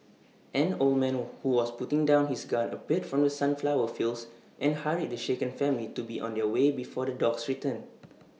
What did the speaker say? an old man who was putting down his gun appeared from the sunflower fields and hurried the shaken family to be on their way before the dogs return